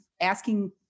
asking